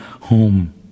home